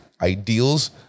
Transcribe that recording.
ideals